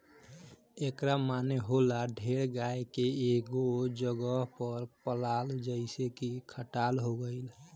एकरा माने होला ढेर गाय के एगो जगह पर पलाल जइसे की खटाल हो गइल